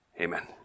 Amen